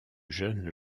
jeune